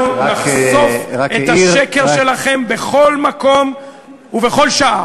נחשוף את השקר שלכם בכל מקום ובכל שעה.